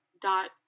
dot